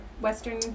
Western